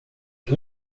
que